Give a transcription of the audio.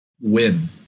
win